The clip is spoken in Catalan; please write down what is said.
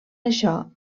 això